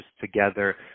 together